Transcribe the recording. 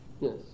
Yes